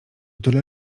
tyle